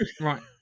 Right